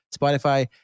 Spotify